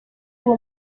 uwo